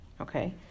Okay